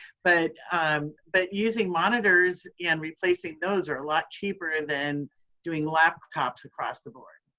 but um but using monitors and replacing those are a lot cheaper than doing laptops across the board.